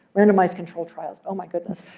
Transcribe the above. randomized control trials oh, my goodness.